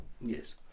Yes